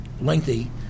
lengthy